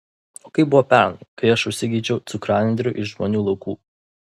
o kaip buvo pernai kai aš užsigeidžiau cukranendrių iš žmonių laukų